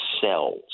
cells